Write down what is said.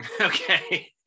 Okay